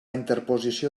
interposició